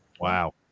Wow